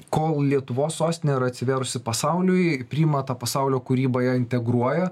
kol lietuvos sostinė yra atsivėrusi pasauliui priima tą pasaulio kūrybą ją integruoja